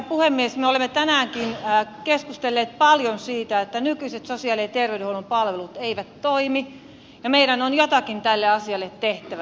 me olemme tänäänkin keskustelleet paljon siitä että nykyiset sosiaali ja terveydenhuollon palvelut eivät toimi ja meidän on jotakin tälle asialle tehtävä